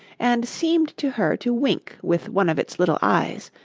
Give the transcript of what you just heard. and seemed to her to wink with one of its little eyes,